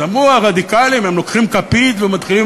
אמרו: הרדיקלים לוקחים כפית ומתחילים